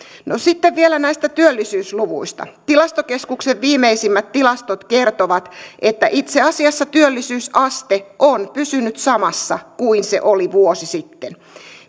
sitten vielä näistä työllisyysluvuista tilastokeskuksen viimeisimmät tilastot kertovat että itse asiassa työllisyysaste on pysynyt samassa kuin se oli vuosi sitten